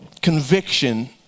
Conviction